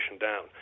down